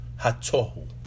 HaTohu